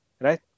right